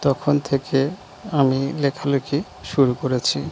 তখন থেকে আমি লেখালেখি শুরু করেছি